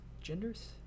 genders